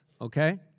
Okay